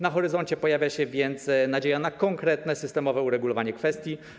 Na horyzoncie pojawia się więc nadzieja na konkretne systemowe uregulowanie kwestii.